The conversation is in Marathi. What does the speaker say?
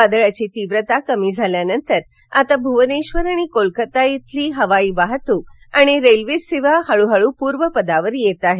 वादळाची तीव्रता कमी झाल्यानंतर आता भूवनेश्वर आणि कोलकाता इथली हवी वाहतूक आणि रेल्वे सेवा हळूहळू पूर्व पदावर येत आहे